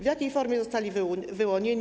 W jakiej formie zostali oni wyłonieni?